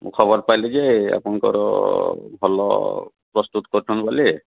ମୁଁ ଖବର ପାଇଲି ଯେ ଆପଣଙ୍କର ଭଲ ପ୍ରସ୍ତୁତ କରୁଛନ୍ତି ବୋଲି